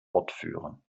fortführen